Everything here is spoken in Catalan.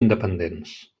independents